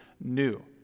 new